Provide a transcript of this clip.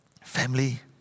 Family